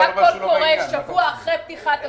היה קול קורא שבוע אחרי פתיחת השנה.